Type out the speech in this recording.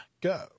go